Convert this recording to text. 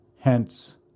Hence